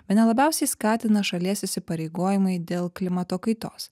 bene labiausiai skatina šalies įsipareigojimai dėl klimato kaitos